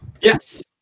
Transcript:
Yes